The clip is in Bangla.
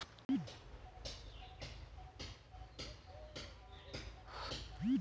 পরকিতিতে জলের ডিস্টিরিবশল আছে যেখাল থ্যাইকে আমরা জল পাই